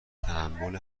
تحمل